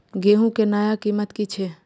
गेहूं के नया कीमत की छे?